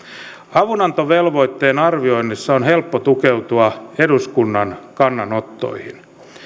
avunantovelvoitteen arvioinnissa on helppo tukeutua eduskunnan kannanottoihin